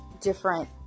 different